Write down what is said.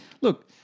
look